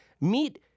meet